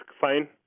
fine